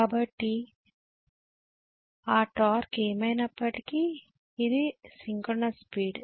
కాబట్టి ఆ టార్క్ ఏమైనప్పటికీ ఇది సింక్రోనస్ స్పీడ్